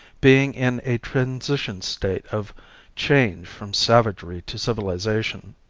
being in a transition state of change from savagery to civilization.